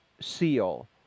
seal